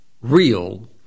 real